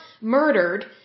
murdered